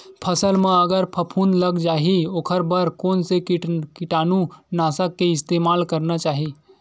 फसल म अगर फफूंद लग जा ही ओखर बर कोन से कीटानु नाशक के इस्तेमाल करना चाहि?